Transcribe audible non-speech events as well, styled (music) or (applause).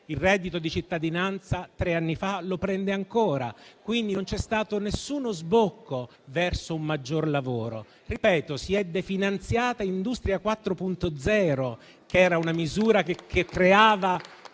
il reddito di cittadinanza tre anni fa, lo prende ancora e quindi non c'è stato nessuno sbocco verso un maggior lavoro. Ripeto che si è definanziata la misura industria 4.0, (applause) che creava